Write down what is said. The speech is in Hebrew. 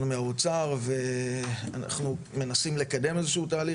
מהאוצר ואנחנו מנסים לקדם איזה שהוא תהליך,